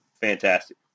fantastic